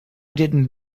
didn’t